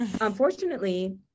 Unfortunately